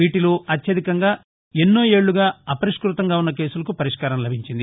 వీటిలో అత్యధికంగా ఎన్నో ఏళ్ళుగా అపరిష్ణతంగా ఉన్న కేసులకు పరిష్కారం లభించింది